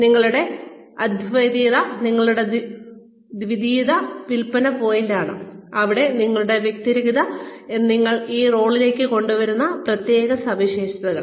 നിങ്ങളുടെ അദ്വിതീയത നിങ്ങളുടെ അദ്വിതീയ വിൽപ്പന പോയിന്റാണ് ഇവിടെ നിങ്ങളുടെ വ്യതിരിക്തത നിങ്ങൾ ഈ റോളിലേക്ക് കൊണ്ടുവന്ന പ്രത്യേക സവിശേഷതകൾ